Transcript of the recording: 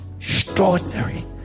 extraordinary